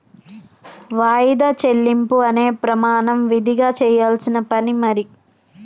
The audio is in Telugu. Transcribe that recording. వాయిదా చెల్లింపు అనే ప్రమాణం విదిగా చెయ్యాల్సిన పని మరి